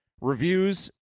reviews